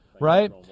right